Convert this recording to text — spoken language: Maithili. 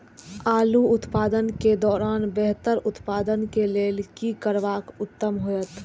आलू उत्पादन के दौरान बेहतर उत्पादन के लेल की करबाक उत्तम होयत?